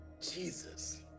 Jesus